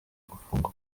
gufunga